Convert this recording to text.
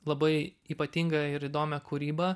labai ypatingą ir įdomią kūrybą